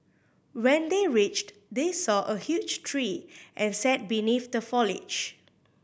when they reached they saw a huge tree and sat beneath the foliage